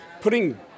putting